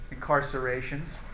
incarcerations